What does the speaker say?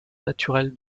naturelle